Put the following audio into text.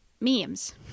memes